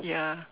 ya